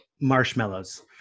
marshmallows